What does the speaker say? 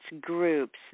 groups